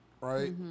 right